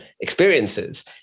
experiences